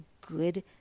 good